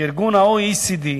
שה-OECD,